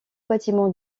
bâtiments